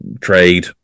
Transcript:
trade